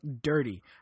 dirty